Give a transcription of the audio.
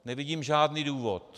Nevidím žádný důvod.